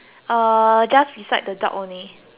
just beside the dog only